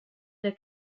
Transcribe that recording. der